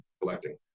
collecting